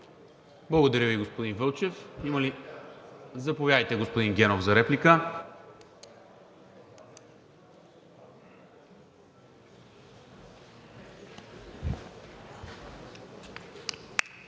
Благодаря Ви, господин Вълчев. Заповядайте, господин Генов, за реплика.